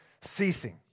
ceasing